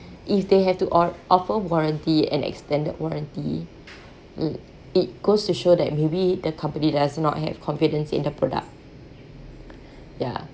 if they have to or~ offer warranty and extended warranty l~ it goes to show that maybe the company does not have confidence in their product ya